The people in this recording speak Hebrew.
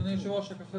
אדוני היושב-ראש, יש לי